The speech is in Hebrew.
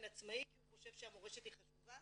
עצמאי כי הוא חושב שהמורשת היא חשובה.